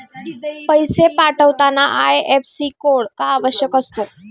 पैसे पाठवताना IFSC code का आवश्यक असतो?